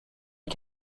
est